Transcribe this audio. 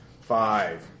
Five